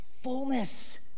fullness